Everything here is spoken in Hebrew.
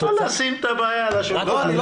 שים את הבעיה על השולחן.